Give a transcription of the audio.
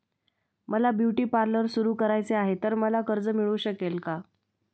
मला beauty parlour सुरू करायचे आहे तर मला कर्ज मिळू शकेल का?